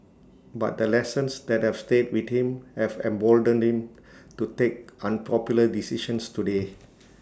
but the lessons that have stayed with him have emboldened him to take unpopular decisions today